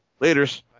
Laters